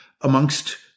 amongst